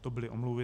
To byly omluvy.